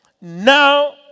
Now